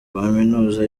kaminuza